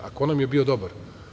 A ko nam je bio dobar?